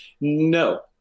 no